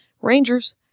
rangers